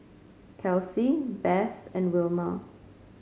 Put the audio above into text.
Kelcie Beth and Wilmer